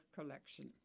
collection